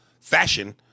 fashion